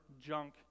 junk